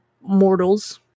mortals